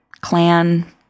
clan